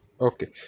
Okay